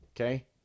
Okay